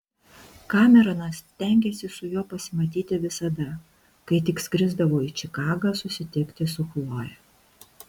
kameronas stengėsi su juo pasimatyti visada kai tik skrisdavo į čikagą susitikti su chloje